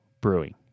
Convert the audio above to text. brewing